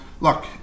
look